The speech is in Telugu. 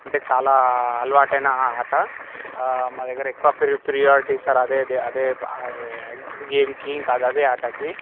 అంటే చాలా అలవాటైన ఆట మా దగ్గర ఎక్కువ ప్రి ప్రియారిటి ఇస్తారు అదైతే అదే ఆ గేమ్కి ఇంకా ఆటకి